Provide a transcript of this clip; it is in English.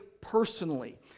personally